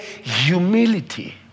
Humility